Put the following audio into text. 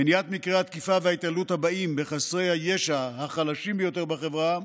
מניעת מקרי התקיפה וההתעללות הבאים בחסרי הישע החלשים ביותר בחברה.